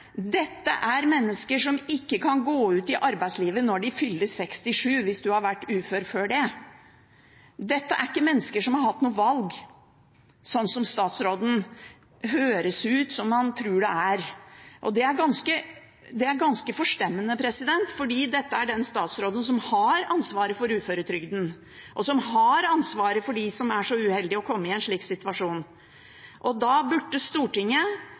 Dette er mennesker som ikke kan gå ut i arbeidslivet når de fyller 67 år, hvis de har vært uføre før det. Dette er ikke mennesker som har hatt noe valg, som det høres ut som statsråden tror. Det er ganske forstemmende, for dette er den statsråden som har ansvaret for uføretrygden, og som har ansvaret for dem som er så uheldige å komme i en slik situasjon. Da burde Stortinget